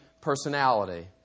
personality